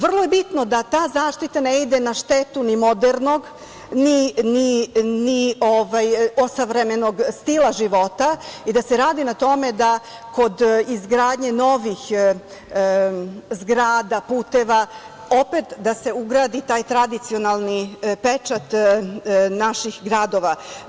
Vrlo je bitno da ta zaštita ne ide na štetu ni modernog ni osavremenog stila života i da se radi na tome da kod izgradnje novih zgrada, puteva, opet da se ugradi taj tradicionalni pečat naših gradova.